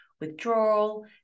withdrawal